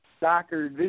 Soccer